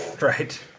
Right